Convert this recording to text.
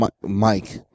Mike